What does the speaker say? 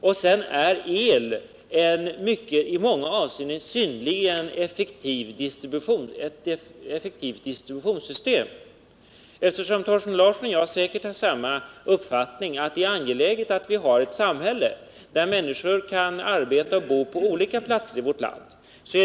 Dessutom är el ett i många avseenden synnerligen effektivt distributionssystem. Thorsten Larsson och jag har säkert samma uppfattning när det gäller angelägenheten av att vi har ett samhälle där människor kan arbeta och bo på olika platser i vårt land.